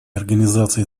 организации